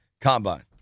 Combine